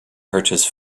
purchase